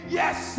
yes